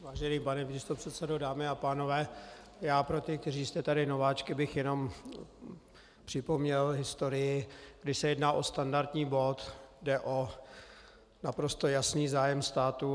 Vážený pane místopředsedo, dámy a pánové, pro ty, kteří jste tady nováčky, bych jenom připomněl historii, kdy se jedná o standardní bod, jde o naprosto jasný zájem státu.